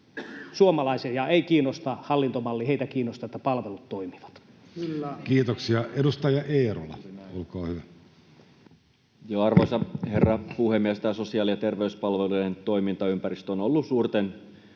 Suomalaisia ei kiinnosta hallintomalli. Heitä kiinnostaa, että palvelut toimivat. Kiitoksia. — Edustaja Eerola, olkaa hyvä. Arvoisa herra puhemies! Tämä sosiaali- ja terveyspalvelujen toimintaympäristö on ollut suurten